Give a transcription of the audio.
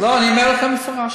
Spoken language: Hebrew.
לא, אני אומר לכם במפורש.